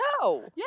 No